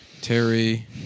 Terry